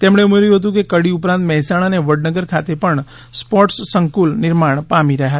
તેમણે ઉમેર્યું હતું કે કડી ઉપરાંત મહેસાણા અને વડનગર ખાતે પણ સ્પોર્ટસ સંકુલ નિર્માણ પામી રહ્યા છે